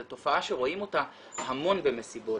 זו תופעה שרואים אותה המון במסיבות,